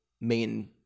main